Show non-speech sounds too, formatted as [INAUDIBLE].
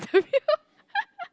interview [LAUGHS]